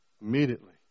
immediately